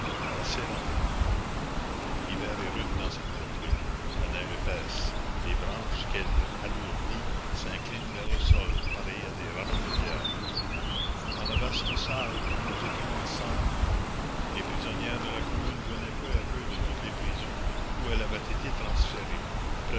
passait lentement l'hiver est rude dans cette contrée la neige épaisse les branches qu'elle alourdit s'inclinent vers le sol pareilles à des rameaux de pierre dans la vaste salle où nous étions ensemble les prisonnières de la commune venaient peu à peu de toutes les prisons où elles avaient été transférées